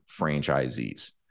franchisees